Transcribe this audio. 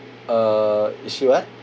uh is she what